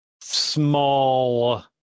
small